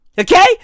Okay